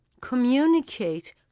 communicate